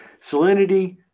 salinity